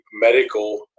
medical